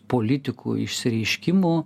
politikų išsireiškimų